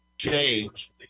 change